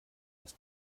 das